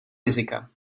rizika